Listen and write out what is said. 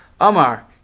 Amar